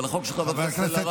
אבל החוק של חברת הכנסת אלהרר,